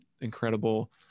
incredible